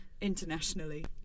internationally